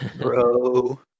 Bro